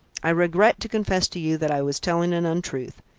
i regret to confess to you that i was telling an untruth.